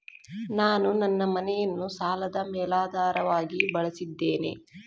ನಾನು ನನ್ನ ಮನೆಯನ್ನು ಸಾಲದ ಮೇಲಾಧಾರವಾಗಿ ಬಳಸಿದ್ದೇನೆ